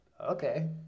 okay